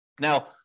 Now